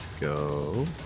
go